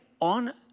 on